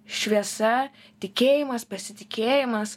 šviesa tikėjimas pasitikėjimas